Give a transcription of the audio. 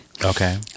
okay